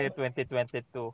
2022